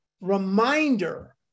reminder